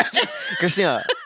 Christina